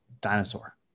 dinosaur